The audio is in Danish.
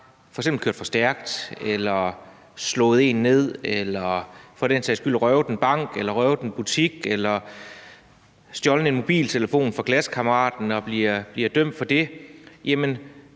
f.eks. har kørt for stærkt eller slået en ned eller for den sags skyld røvet en bank eller røvet en butik eller stjålet en mobiltelefon fra klassekammeraten og bliver dømt for det,